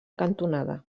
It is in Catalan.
cantonada